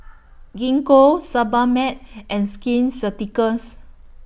Gingko Sebamed and Skin Ceuticals